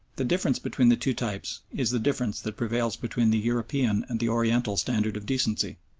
the difference between the two types is the difference that prevails between the european and the oriental standard of decency.